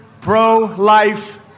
pro-life